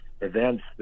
events